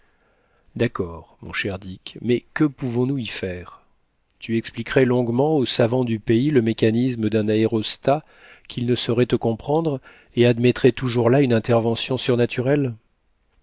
d'accord mon cher dick mais que pouvons-nous y faire tu expliquerais longuement aux savants du pays le mécanisme d'un aérostat qu'ils ne sauraient te comprendre et admettraient toujours là une intervention surnaturelle